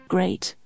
Great